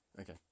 Okay